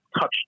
touch